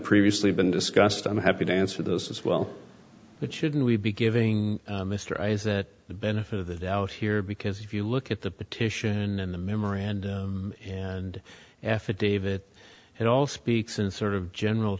previously been discussed i'm happy to answer those as well but shouldn't we be giving mr eyes that the benefit of the doubt here because if you look at the petition and the memoranda and affidavit and all speaks in sort of general